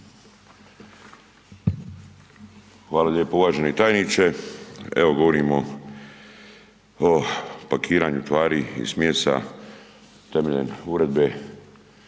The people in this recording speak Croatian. Hvala lijepo. Uvaženi tajniče. Evo govorimo o pakiranju tvari i smjesa temeljem Uredbe